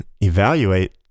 evaluate